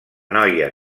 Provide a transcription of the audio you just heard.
noia